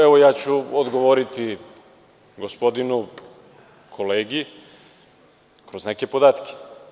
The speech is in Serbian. Evo, odgovoriću gospodinu, kolegi, kroz neke podatke.